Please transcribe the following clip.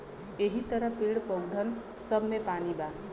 यहि तरह पेड़, पउधन सब मे पानी बा